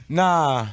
nah